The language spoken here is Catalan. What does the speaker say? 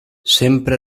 sempre